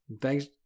Thanks